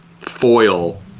foil